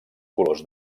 colors